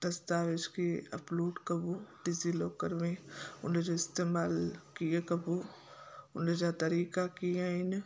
दस्तावेज़ खे अपलोड कबो डिज़ीलॉकर में हुनजो इस्तेमालु कीअं कबो हुनजा तरीक़ा कीअं आहिनि